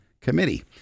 committee